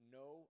no